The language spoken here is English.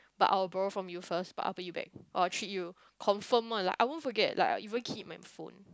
but I will borrow from you first but after you back I will treat you confirm one like I won't forget like I even keep it in my phone